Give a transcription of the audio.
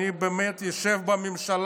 זו הממשלה